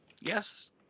Yes